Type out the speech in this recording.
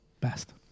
Best